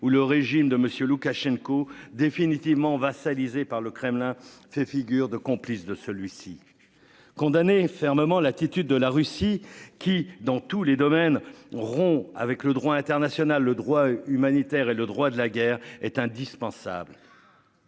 où le régime de monsieur Loukachenko définitivement vassalisée par le Kremlin fait figure de complice de celui-ci. Condamné fermement l'attitude de la Russie qui dans tous les domaines, rompt avec le droit international le droit humanitaire et le droit de la guerre est indispensable.